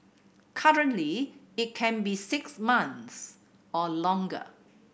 currently it can be six months or longer